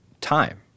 Time